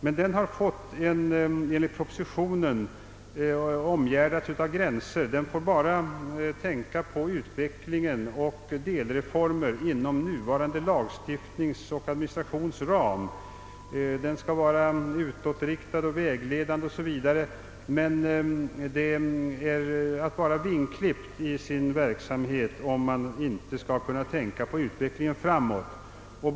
Men dess uppgifter har enligt propositionen omgärdats av gränser. Den får bara tänka på utveckling och delreformer inom ramen för nuvarande lagstiftningoch administration. Den skall vara utåtriktad och vägledande, men kan man inte tänka på utvecklingen framåt är det liktydigt med att verksamheten vingklipps.